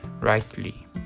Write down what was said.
rightly